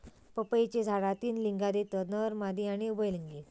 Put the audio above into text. पपईची झाडा तीन लिंगात येतत नर, मादी आणि उभयलिंगी